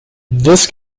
this